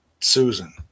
Susan